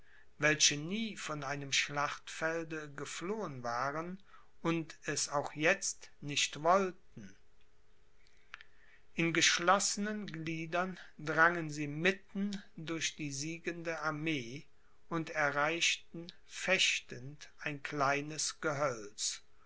welche nie von einem schlachtfelde geflohen waren und es auch jetzt nicht wollten in geschlossenen gliedern drangen sie mitten durch die siegende armee und erreichten fechtend ein kleines gehölz